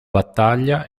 battaglia